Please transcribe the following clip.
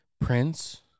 Prince